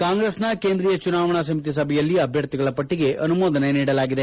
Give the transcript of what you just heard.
ಕಾಂಗ್ರೆಸ್ನ ಕೇಂದ್ರೀಯ ಚುನಾವಣಾ ಸಮಿತಿ ಸಭೆಯಲ್ಲಿ ಅಭ್ವರ್ಧಿಗಳ ವಟ್ಷಗೆ ಅನುಮೋದನೆ ನೀಡಲಾಗಿದೆ